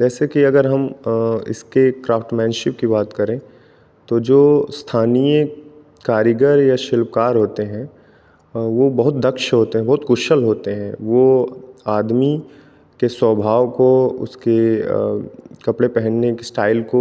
जैसे कि अगर हम इसके क्राफ़्ट्स मैनशिप की बात करें तो जो स्थानीय कारीगर या शिल्पकार होते हैं वो बहुत दक्ष होते हैं बहुत कुशल होते हैं वो आदमी के स्वभाव को उसके कपड़े पहनने के स्टाइल को